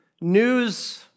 news